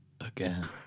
again